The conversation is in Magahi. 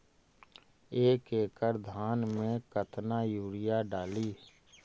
एक एकड़ धान मे कतना यूरिया डाली?